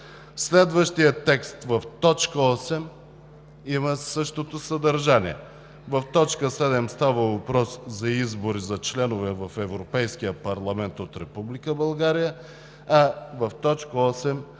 Следващият текст в т. 8 има същото съдържание. В т. 7 става въпрос за избори за членове на Европейския парламент от Република България, а в т. 8 става въпрос при